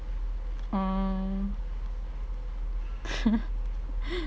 orh